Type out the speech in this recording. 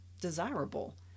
desirable